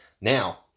Now